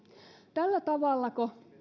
tällä tavallako